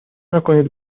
نکنید